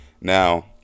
Now